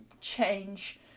change